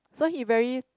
so he very